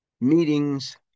meetings